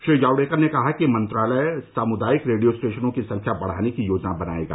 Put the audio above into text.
श्री जावडेकर ने कहा कि मंत्रालय सामुदायिक रेडियो स्टेशनों की संख्या बढ़ाने की योजना बनायेगा